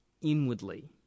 inwardly